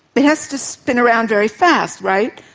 it has to spin around very fast, right,